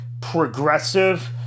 progressive